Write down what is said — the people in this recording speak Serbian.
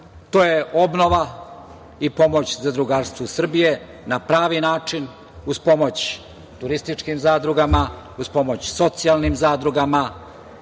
To je obnova i pomoć zadrugarstvu Srbije na pravi način uz pomoć turističkim zadrugama, uz pomoć socijalnim zadrugama.